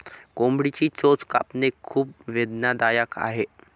कोंबडीची चोच कापणे खूप वेदनादायक आहे